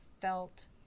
felt